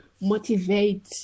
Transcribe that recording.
motivate